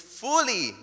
fully